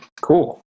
cool